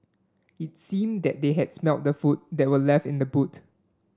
it seemed that they had smelt the food that were left in the boot